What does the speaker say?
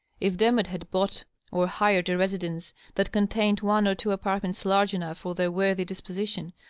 if demotte had bought or hired a residence that contained one or two apartments large enough for their worthy disposition,